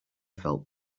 felt